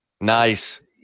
Nice